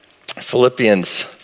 Philippians